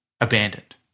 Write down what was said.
abandoned